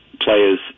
players